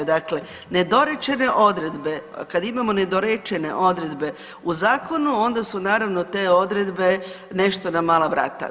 Dakle, nedorečene odredbe, kad imamo nedorečene odredbe u zakonu, onda su naravno, te odredbe nešto na mala vrata.